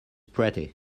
pretty